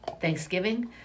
Thanksgiving